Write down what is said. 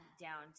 down